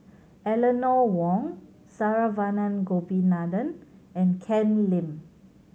Eleanor Wong Saravanan Gopinathan and Ken Lim